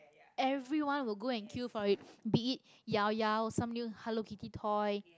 everyone will go and queue for it Beat It Llao Llao some new Hello Kitty toy everyone will go and queue for it